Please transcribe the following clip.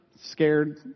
Scared